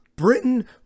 Britain